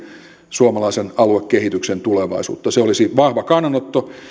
suomalaisen aluekehityksen tulevaisuutta se olisi vahva kannanotto